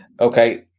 Okay